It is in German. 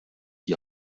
die